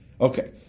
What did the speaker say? Okay